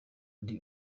ndi